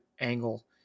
angle